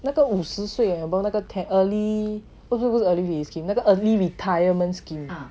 那个五十岁 above 那个不是不是 early work scheme 那个 early retirement scheme